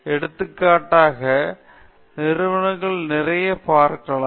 எடுத்துக்காட்டாக நிறுவனங்கள் நிறைய அவர்களை பார்க்கலாம்